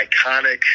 iconic